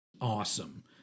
awesome